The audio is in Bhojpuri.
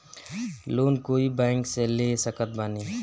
लोन कोई बैंक से ले सकत बानी?